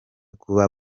kuba